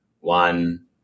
one